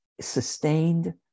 sustained